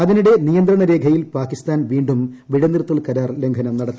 അതിനിടെ നിയന്ത്രണ രേഖയിൽ പാക്കിസ്ഥാൻ വീണ്ടും വെടിനിർത്തൽ കരാർ ലംഘനം നടത്തി